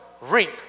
reap